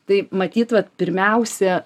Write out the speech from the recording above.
tai matyt vat pirmiausia